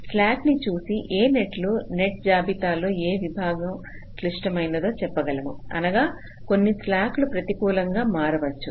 slack ని చూసి ఏ నెట్లు నెట్ జాబితాలోని ఏ విభాగం క్లిష్టమైనదో చెప్పగలము అనగా కొన్ని స్లాక్లు ప్రతికూలంగా మారవచ్చు